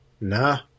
Nah